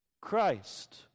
Christ